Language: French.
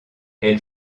elle